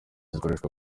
zikoreshwa